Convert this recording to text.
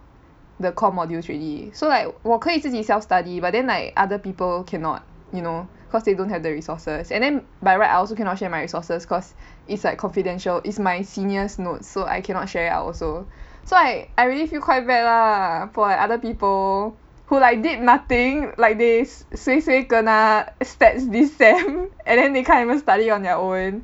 the core modules already so like 我可以自己 self study but then like other people cannot you know cause they don't have the resources and then by right I also cannot share my resources cause it's like confidential is my senior's notes so I cannot share out also so I I really feel quite bad lah for other people who like did nothing like they suay suay kena stats this sem and then they can't even study on their own